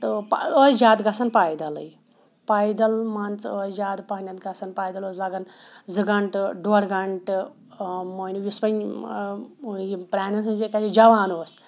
تہٕ پہ ٲسۍ جادٕ گژھان پایدٕلے پایدٕلۍ مان ژٕ ٲسۍ جادٕ پَہم گژھان پایدٕلۍ اوس لَگان زٕ گںٛٹہٕ ڈۄڈ گںٛٹہٕ مٲنِو یُس وۄنۍ یِم پرٛانٮ۪ن ہِنٛزے کَتھِ جوان اوس